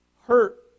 hurt